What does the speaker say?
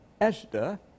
Esther